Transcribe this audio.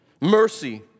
Mercy